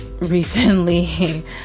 recently